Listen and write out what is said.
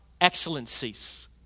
excellencies